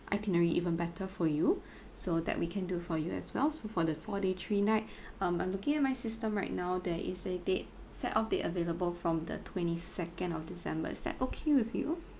itinerary even better for you so that we can do for you as well so for the four day three night um I'm looking at my system right now there is a date set of date available from the twenty second of december is that okay with you